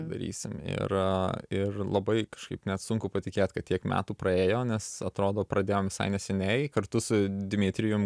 darysim ir ir labai kažkaip net sunku patikėt kad tiek metų praėjo nes atrodo pradėjom visai neseniai kartu su dmitrijum